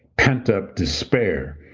pent up despair.